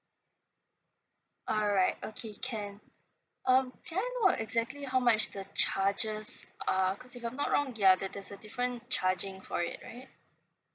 alright okay can um can I know exactly how much the charges uh cause if I'm not wrong their there there's a different charging for it right